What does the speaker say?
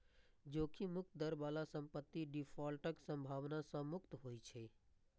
जोखिम मुक्त दर बला संपत्ति डिफॉल्टक संभावना सं मुक्त होइ छै